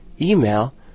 email